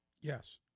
Yes